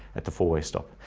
at the four way stop,